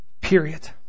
Period